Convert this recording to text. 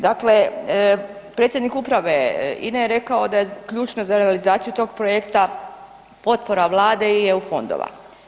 Dakle, predsjednik uprave INE je rekao da je ključno za realizaciju tog projekta potpora Vlade i EU fondova.